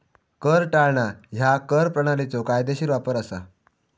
कर टाळणा ह्या कर प्रणालीचो कायदेशीर वापर असा